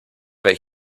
that